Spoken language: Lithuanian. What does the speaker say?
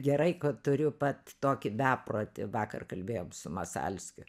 gerai kad turiu pat tokį beprotį vakar kalbėjom su masalskiu